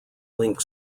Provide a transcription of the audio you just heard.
link